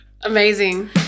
Amazing